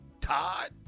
Todd